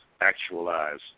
actualize